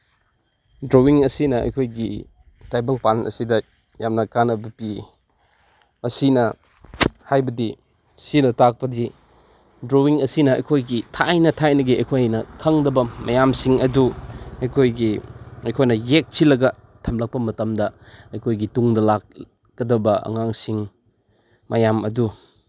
drawing ꯑꯁꯤꯅ ꯑꯩꯈꯣꯏꯒꯤ ꯇꯥꯏꯕꯪꯄꯥꯟ ꯑꯁꯤꯗ ꯌꯥꯝꯅ ꯀꯥꯟꯅꯕ ꯄꯤ ꯑꯁꯤꯅ ꯍꯥꯏꯕꯗꯤ ꯁꯤꯅ ꯇꯥꯛꯄꯗꯤ ꯗ꯭ꯔꯣꯋꯤꯡ ꯑꯁꯤꯅ ꯑꯩꯈꯣꯏꯒꯤ ꯊꯥꯏꯅ ꯊꯥꯏꯅꯒꯤ ꯑꯩꯈꯣꯏꯅ ꯈꯪꯗꯕ ꯃꯌꯥꯝꯁꯤꯡ ꯑꯗꯨ ꯑꯩꯈꯣꯏꯒꯤ ꯑꯩꯈꯣꯏꯅ ꯌꯦꯛꯁꯤꯜꯂꯒ ꯊꯝꯂꯛꯄ ꯃꯇꯝꯗ ꯑꯩꯈꯣꯏꯒꯤ ꯇꯨꯡꯗ ꯂꯥꯛꯀꯗꯕ ꯑꯉꯥꯡꯁꯤꯡ ꯃꯌꯥꯝ ꯑꯗꯨ